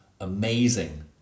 amazing